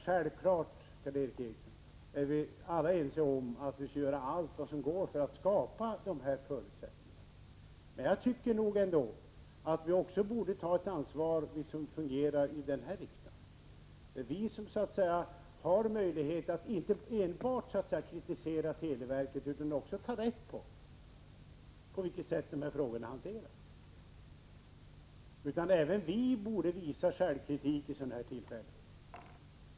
Självfallet, Karl Erik Eriksson, är vi alla ense om att vi måste göra allt som går för att skapa förutsättningarna för förtroende. Jag tycker ändå att vi också här i riksdagen borde ta ett ansvar. Vi har möjlighet att inte enbart kritisera televerket utan också ta reda på hur frågorna där hanteras. Även vi borde visa självkritik vid sådana här tillfällen.